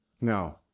No